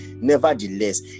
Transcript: nevertheless